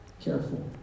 careful